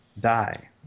die